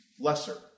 lesser